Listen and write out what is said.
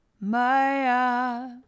Maya